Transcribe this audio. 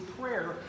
prayer